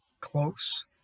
close